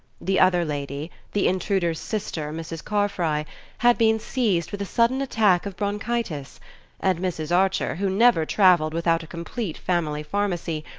the other lady the intruder's sister, mrs. carfry had been seized with a sudden attack of bronchitis and mrs. archer, who never travelled without a complete family pharmacy,